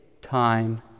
time